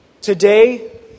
today